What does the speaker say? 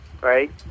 right